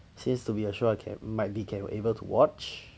seems to be a show I can might be can able to watch